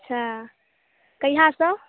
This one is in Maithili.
हँ कहियासँ